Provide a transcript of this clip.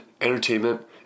entertainment